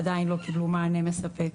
עדיין לא קיבלו מענה מספק.